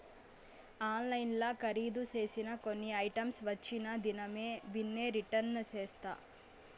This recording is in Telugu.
ఆన్లైన్ల కరీదు సేసిన కొన్ని ఐటమ్స్ వచ్చిన దినామే బిన్నే రిటర్న్ చేస్తా